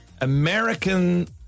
American